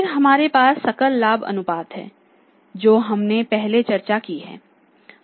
फिर हमारे पास सकल लाभ अनुपात है जो हमने पहले चर्चा की है